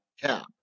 cap